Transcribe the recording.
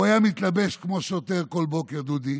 הוא היה מתלבש כמו שוטר כל בוקר, דודי,